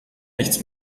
nichts